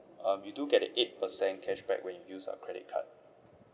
um you do get a eight percent cashback when you use a credit card